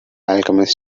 alchemist